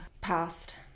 Past